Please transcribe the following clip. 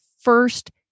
first